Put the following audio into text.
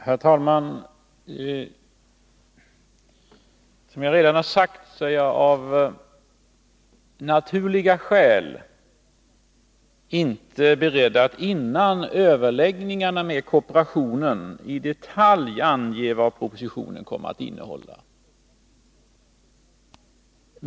Herr talman! Som jag redan har sagt, är jag av naturliga skäl inte beredd att före överläggningarna med kooperationen i detalj ange vad propositionen kommer att innehålla.